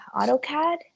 AutoCAD